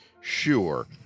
Sure